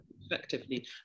effectively